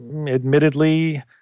admittedly